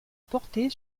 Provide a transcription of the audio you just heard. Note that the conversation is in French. portée